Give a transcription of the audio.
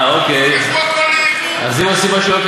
מה אתה אומר?